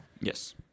Yes